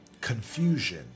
confusion